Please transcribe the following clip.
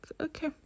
okay